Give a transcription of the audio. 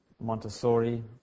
Montessori